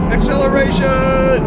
Acceleration